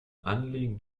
anliegen